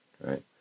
right